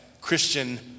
Christian